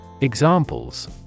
Examples